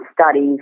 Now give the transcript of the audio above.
studies